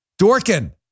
Dorkin